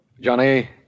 Johnny